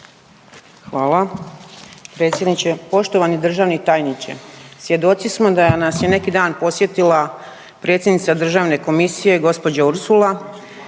Hvala.